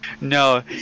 No